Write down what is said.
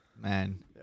man